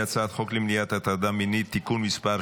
חוק למניעת הטרדה מינית (תיקון מס'